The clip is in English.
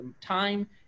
time